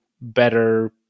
better